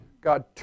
God